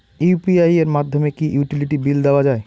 UPI এর মাধ্যমে কি ইউটিলিটি বিল দেওয়া যায়?